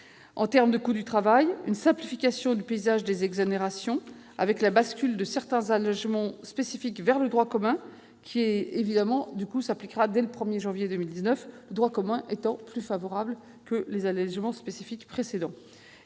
En termes de coût du travail, une simplification du paysage des exonérations, avec la bascule de certains allégements spécifiques vers le droit commun, qui s'appliquera dès le 1janvier 2019, le droit commun étant plus favorable que les allégements spécifiques précédents.